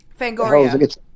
Fangoria